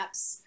apps